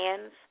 hands